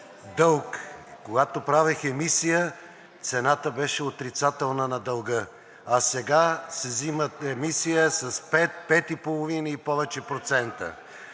дълг, когато правех емисия, цената беше отрицателна на дълга, а сега се взима емисия с пет, пет